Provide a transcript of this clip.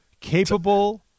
capable